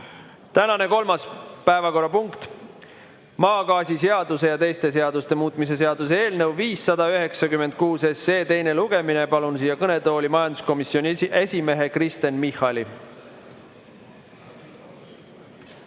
Tänane kolmas päevakorrapunkt: maagaasiseaduse ja teiste seaduste muutmise seaduse eelnõu 596 teine lugemine. Palun siia kõnetooli majanduskomisjoni esimehe Kristen Michali.